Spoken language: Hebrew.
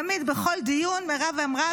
תמיד בכל דיון מירב אמרה,